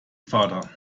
vater